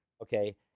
Okay